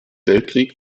weltkrieg